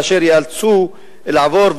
אשר ייאלצו לעבור,